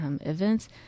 events